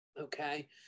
Okay